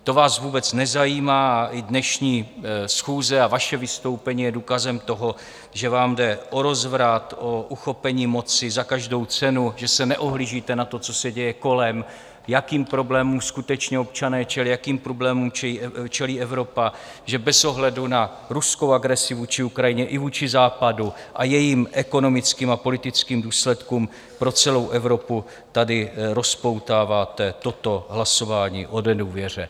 To vás vůbec nezajímá, a i dnešní schůze a vaše vystoupení je důkazem toho, že vám jde o rozvrat, o uchopení moci za každou cenu, že se neohlížíte na to, co se děje kolem, jakým problémům skutečně občané čelí, jakým problémům čelí Evropa, že bez ohledu na ruskou agresi vůči Ukrajině i vůči Západu a jejím ekonomickým a politickým důsledkům pro celou Evropu tady rozpoutáváte toto hlasování o nedůvěře.